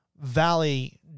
valley